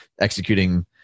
executing